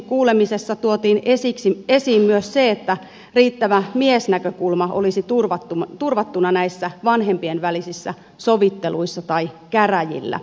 kuulemisessa tuotiin esiin myös se että riittävä miesnäkökulma olisi turvattuna näissä vanhempien välisissä sovitteluissa tai käräjillä